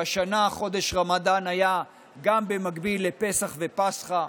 שהשנה חודש רמדאן היה גם במקביל לפסח ופסחא.